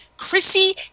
Chrissy